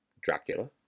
Dracula